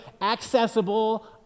accessible